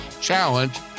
challenge